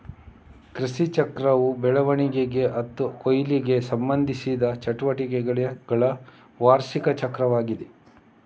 ಕೃಷಿಚಕ್ರವು ಬೆಳವಣಿಗೆ ಮತ್ತು ಕೊಯ್ಲಿಗೆ ಸಂಬಂಧಿಸಿದ ಚಟುವಟಿಕೆಗಳ ವಾರ್ಷಿಕ ಚಕ್ರವಾಗಿದೆ